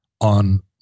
on